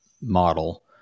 model